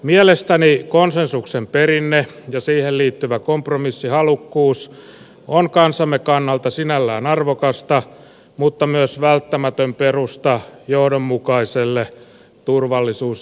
mielestäni konsensuksen perinne ja siihen liittyvä kompromissihalukkuus on kansamme kannalta sinällään arvokasta mutta myös välttämätön perusta johdonmukaiselle turvallisuus ja puolustuspolitiikalle